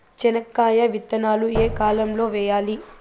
చెనక్కాయ విత్తనాలు ఏ కాలం లో వేయాలి?